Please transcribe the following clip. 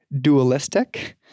dualistic